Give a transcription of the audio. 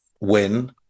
win